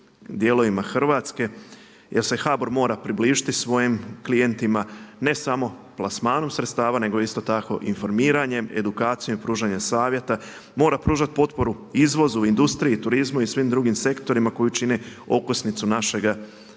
dijelovima Hrvatske jer se HBOR mora približiti svojim klijentima ne samo plasmanom sredstava nego isto tako i informiranjem, edukacijom i pružanjem savjeta. Mora pružat potporu izvozu, industriji, turizmu i svim drugim sektorima koji čine okosnicu našega